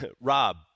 Rob